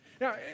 Now